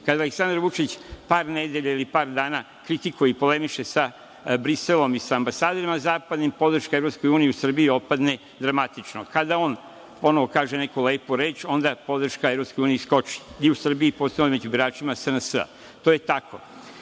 Aleksandar Vučić par nedelja ili par dana kritikuje i polemiše sa Briselom i ambasadorima zapadnim, podrška EU u Srbiji opadne dramatično. Kada on ponovo kaže neku lepu reč, onda podrška EU skoči i u Srbiji postoji među biračima SNS. To je tako.U